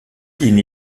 une